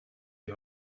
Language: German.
die